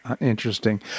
Interesting